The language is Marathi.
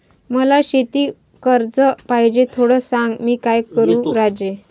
मला शेती कर्ज पाहिजे, थोडं सांग, मी काय करू राजू?